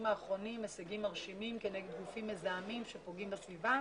האחרונים הישגים מרשימים כנגד גופים מזהמים שפוגעים בסביבה